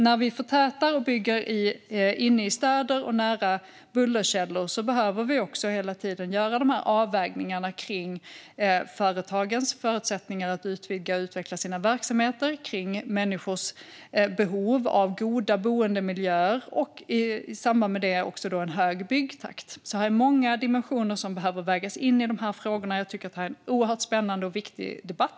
När vi förtätar och bygger inne i städer och nära bullerkällor behöver vi därför också hela tiden göra avvägningar kring företagens förutsättningar att utvidga och utveckla sina verksamheter, kring människors behov av goda boendemiljöer och i samband med det också en hög byggtakt. Det finns många dimensioner som behöver vägas in i dessa frågor. Jag tycker att det här är en oerhört spännande och viktig debatt.